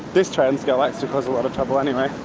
this trans girl likes to cause a lot of trouble anyway.